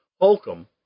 Holcomb